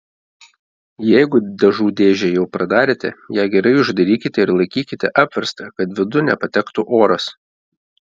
jeigu dažų dėžę jau pradarėte ją gerai uždarykite ir laikykite apverstą kad vidun nepatektų oras